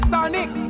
Sonic